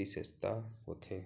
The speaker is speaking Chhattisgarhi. बिसेसता होथे